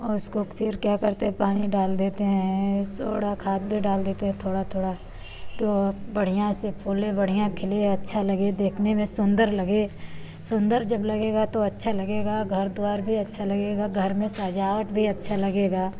और उसको फिर क्या करते हैं पानी डाल देते हैं सोडा खाद भी डाल देते हैं थोड़ा थोड़ा तो बढ़िया से फूलें बढ़िया खिले अच्छा लगे देखने में सुंदर लगे सुंदर जब लगेगा तो अच्छा लगेगा घर द्वार भी अच्छा लगेगा घर में सजावट भी अच्छा लगेगा